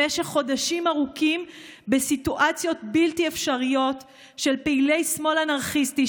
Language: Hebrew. במשך חודשים ארוכים בסיטואציות בלתי אפשריות של פעילי שמאל אנרכיסטי,